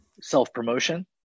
self-promotion